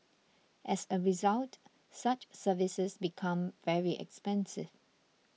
as a result such services become very expensive